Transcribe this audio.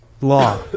law